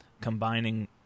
combining